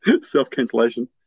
Self-cancellation